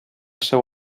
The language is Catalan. seu